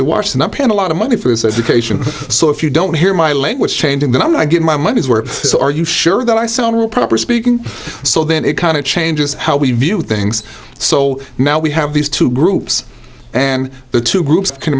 of washington i'm paying a lot of money for his education so if you don't hear my language changing then i get my money's worth so are you sure that i sound real proper speaking so then it kind of changes how we view things so now we have these two groups and the two groups can